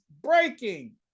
breaking